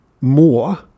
more